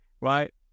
right